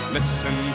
Listen